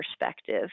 perspective